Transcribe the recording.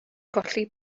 colli